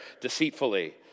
deceitfully